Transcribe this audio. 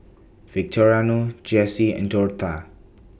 Victoriano Jessi and Dortha